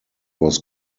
was